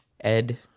Ed